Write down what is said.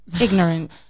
ignorant